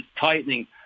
tightening